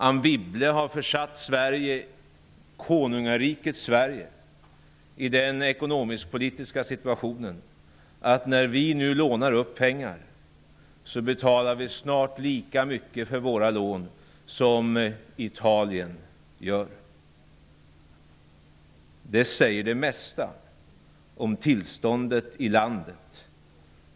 Anne Wibble har försatt konungariket Sverige i den ekonomisk-politiska situationen att när vi lånar upp pengar så kommer vi snart att få betala lika mycket för våra lån som Italien gör. Det säger det mesta om tillståndet i landet.